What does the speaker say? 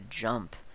jump